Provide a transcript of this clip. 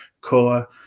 core